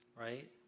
right